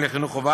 לנגב ולגליל,